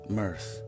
mirth